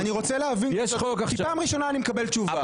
אני רוצה להבין כי פעם ראשונה אני מקבל תשובה.